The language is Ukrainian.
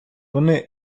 вони